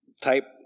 type